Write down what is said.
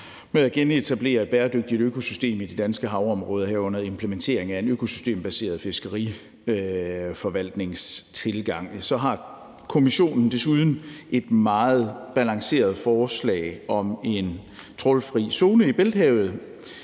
med at genetablere et bæredygtigt økosystem i de danske havområder, herunder implementering af en økosystembaseret fiskeriforvaltningstilgang, har kommissionen desuden et meget balanceret forslag om en trawlfri zone i Bælthavet.